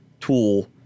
tool